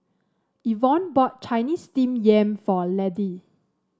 Yvonne bought Chinese Steamed Yam for Laddie